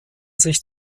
sich